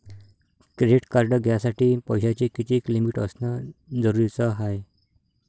Credit card घ्यासाठी पैशाची कितीक लिमिट असनं जरुरीच हाय?